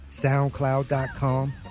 soundcloud.com